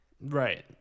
right